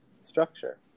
structure